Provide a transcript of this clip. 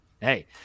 Hey